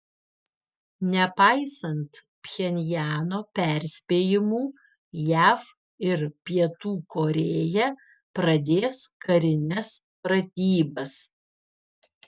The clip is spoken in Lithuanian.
nepaisant pchenjano perspėjimų jav ir pietų korėja pradės karines pratybas